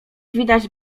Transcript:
widać